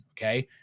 Okay